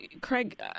Craig